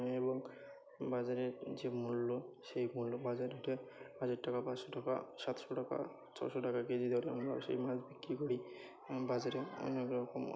এবং বাজারের যে মূল্য সেই মূল্য বাজার রেটে হাজার টাকা পাঁচশো টাকা সাতশো টাকা ছশো টাকা কেজি দরে আমরা সেই মাছ বিক্রি করি বাজারে অনেক রকম